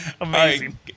Amazing